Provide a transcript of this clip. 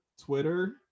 Twitter